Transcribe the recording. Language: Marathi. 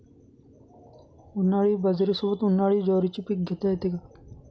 उन्हाळी बाजरीसोबत, उन्हाळी ज्वारीचे पीक घेता येते का?